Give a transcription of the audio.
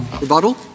Rebuttal